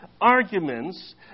arguments